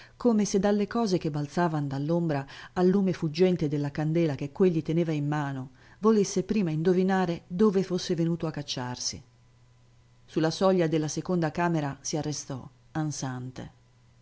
come se dalle cose che balzavan dall'ombra al lume fuggente della candela che quegli teneva in mano volesse prima indovinare dove fosse venuto a cacciarsi su la soglia della seconda camera si arrestò ansante